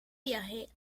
viaje